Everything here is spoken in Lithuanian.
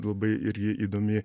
labai ir ji įdomi